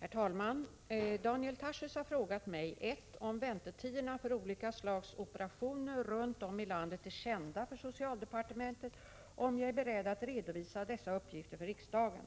Herr talman! Daniel Tarschys har frågat mig: 1. om väntetiderna för olika slags operationer runt om i landet är kända för socialdepartementet och om jag är beredd att redovisa dessa uppgifter för riksdagen